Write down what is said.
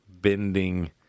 bending